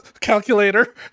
calculator